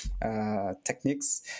techniques